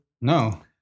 No